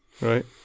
right